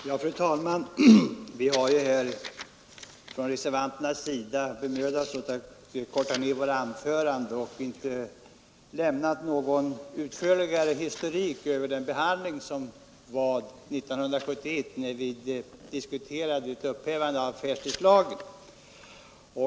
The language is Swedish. Fru talman! Vi reservanter har bemödat oss om att korta ned våra anföranden och har inte lämnat någon utförligare historik över den behandling som förevar 1971 när vi diskuterade ett upphävande av affärstidslagen.